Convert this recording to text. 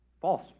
False